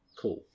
Cool